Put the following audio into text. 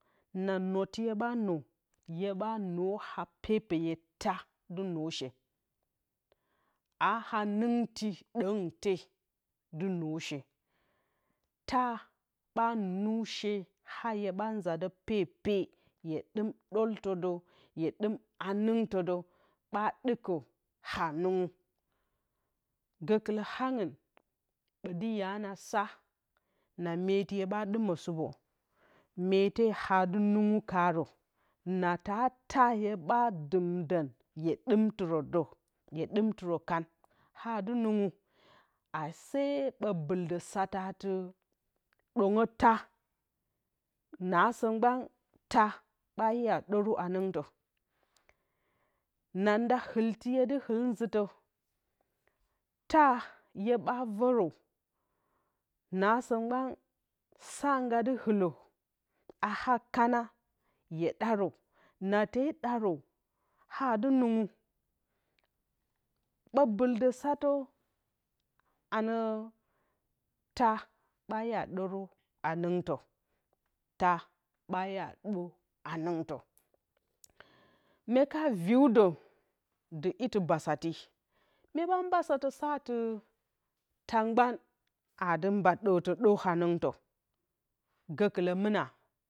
Nan nutiye banu hyeɓa nǝha pepeye taa dɨ nǝshee aa hanɨngti dǝng te dɨ nǝshee, taa ɓa nushee haa hyeɓa nzadǝ pepe hye dɨm ɗoltǝ dǝ hye dɨm hanɨngtǝ dǝ ɓa ɗɨkǝ hanɨngu gǝkɨlǝ angɨn ɓa ɓoti ya na saa na meti hye ɓa ɗɨmǝ sɨpǝ mete haa dɨ nungu karǝn na taa taa hye dɨmdǝn hye dɨntɨrǝ dǝ hye dɨmtǝrǝn kan haa aadɨ nungu. ase ɓo bɨldǝn saata dǝngǝ taa naasǝ mgban taa ɓa iya ɗǝru hanɨngtǝ nanda hulti hye hul nditǝ taa hye ɓa vǝrǝ naasǝ mgban saa nga dɨ hullǝ a akana hye ɗarǝn tee ɗarǝ ha adɨ nungu ɓo bɨldǝ saatǝ tɨ taa ɓa iya dǝru hanɨnhtǝ taa ɓa iya ɗor hanɨngt mye ka virewdǝ iti bassati myeɓa saatǝ saa adí taa mgban aadɨ mba dǝrtǝ dǝr hanɨngtǝ gǝkɨlu munaa